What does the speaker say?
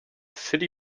city